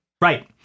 Right